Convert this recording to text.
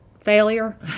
failure